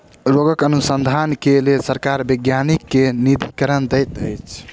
रोगक अनुसन्धान के लेल सरकार वैज्ञानिक के निधिकरण दैत अछि